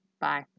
Bye